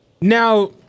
Now